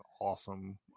awesome